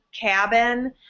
cabin